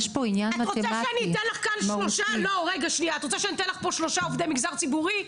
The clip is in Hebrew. את רוצה שאני אתן לך פה שלושה עובדי מגזר ציבורי?